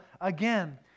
again